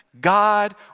God